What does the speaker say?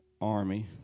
army